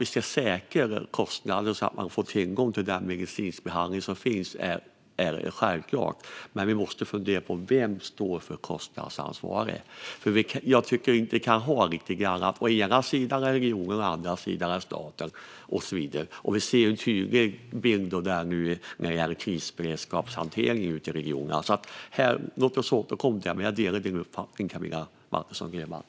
Men det jag tror att det är viktigt att både regeringen och vi här i kammaren funderar mycket på är vem som står för kostnadsansvaret. Jag tycker inte att vi kan ha det så att det är å ena sidan regionen, å andra sidan staten. Vi ser en tydlig bild när det gäller krisberedskapshanteringen ute i regionerna. Låt oss återkomma till detta. Jag delar din uppfattning, Camilla Waltersson Grönvall.